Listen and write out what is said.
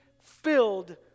filled